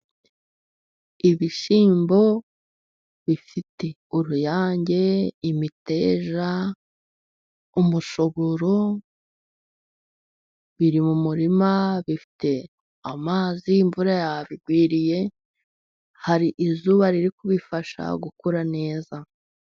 Ibishyimbo bifite uruyange, imiteja, umushogororo. Biri mu murima bifite amazi imvura yabigwiriye, hari izuba riri kubifasha gukura neza.